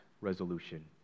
resolution